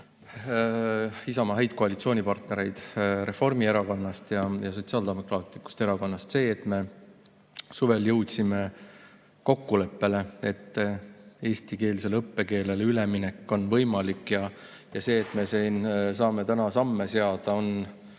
Isamaa häid koalitsioonipartnereid Reformierakonnast ja Sotsiaaldemokraatlikust Erakonnast. See, et me suvel jõudsime kokkuleppele, et eestikeelsele õppele üleminek on võimalik, ja see, et me saame siin täna samme seada, on